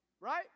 right